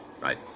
Right